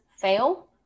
fail